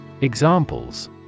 Examples